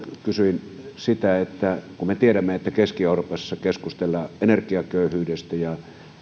kysyin siitä kun me tiedämme että keski euroopassa keskustellaan energiaköyhyydestä ja